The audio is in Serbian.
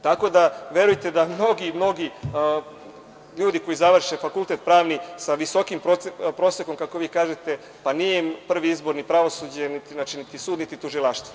Tako da verujte da mnogi ljudi koji završe fakultet pravni sa visokim prosekom, kako vi kažete, pa nije im prvi izbor pravosuđe, niti sud niti tužilaštvo.